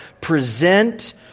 present